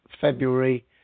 February